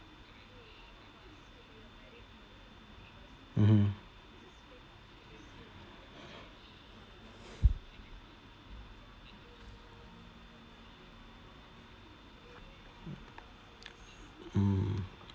mmhmm mm